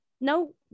no